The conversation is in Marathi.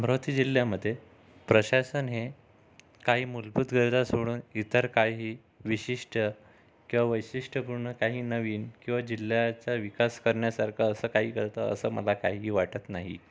अमरावती जिल्ह्यामधे प्रशासन हे काही मुलभूत गरजा सोडून इतर काही विशिष्ट किवा वैशिष्ट्यपूर्ण काही नवीन किंवा जिल्ह्याचा विकास करण्यासारखा असं काही करतं असं मला काहीही वाटत नाही